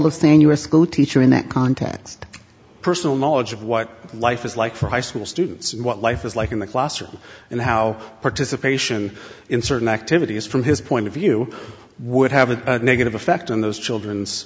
the thing usgo teacher in that context personal knowledge of what life is like for high school students what life is like in the classroom and how participation in certain activities from his point of view would have a negative effect on those children's